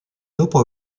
dopo